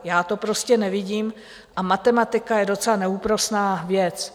Já to prostě nevidím a matematika je docela neúprosná věc.